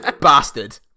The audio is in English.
Bastard